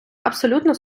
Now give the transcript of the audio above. абсолютно